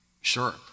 Sure